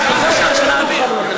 אתם רוצים גם לסתום לי את הפה?